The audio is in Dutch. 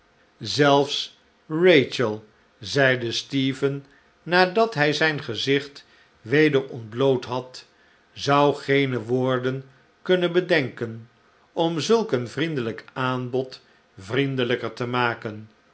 zelfs rachel zeide stephen nadat hij zijn gezicht weder ontbloot had zou geene woorden kunnen bedenken om zulk een vriendelijk aanbod vriendelijker te maken